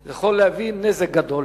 זה יכול להביא נזק גדול